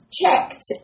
checked